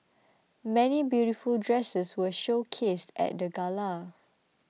many beautiful dresses were showcased at the gala